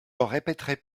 répéterai